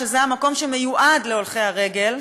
שזה המקום שמיועד להולכי רגל,